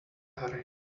hurry